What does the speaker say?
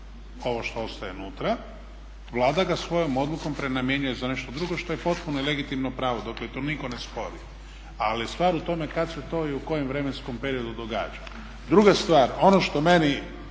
ovo što ostaje unutra i Vlada ga svojom odlukom prenamjenjuje za nešto drugo što je potpuno i legitimno pravo dok joj to nitko ne spori. Ali je stvar u tome kad se to i u kojem vremenskom periodu događa. Druga stvar, ono što meni